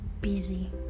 busy